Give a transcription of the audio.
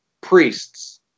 priests